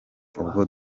ubwo